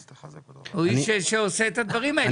הוא איש שעושה את הדברים האלה,